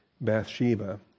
Bathsheba